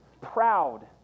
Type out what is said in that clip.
proud